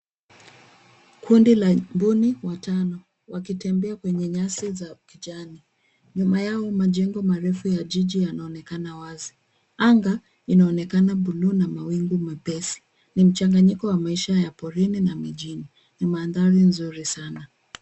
Kundi la mbuni watano wakitembea kwenye nyasi za kijani. Mimea na majengo marefu ya jiji yanaonekana wazi. Anga inaonekana ikiwa na mawingu mepesi, mchananyiko wa maisha ya porini na mijini, mandhari nzuri sana.